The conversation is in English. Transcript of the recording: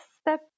step